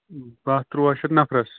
بہہ تُراوہ شیٚتھ نَفرَس